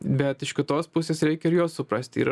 bet iš kitos pusės reikia ir juos suprasti ir